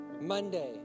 Monday